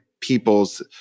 people's